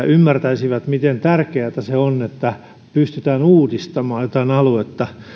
ymmärtäisivät miten tärkeätä se on että pystytään uudistamaan jotain aluetta